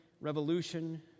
revolution